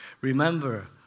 remember